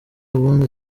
ubundi